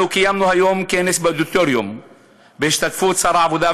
קיימנו היום כנס באודיטוריום בהשתתפות שר העבודה,